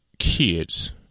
kids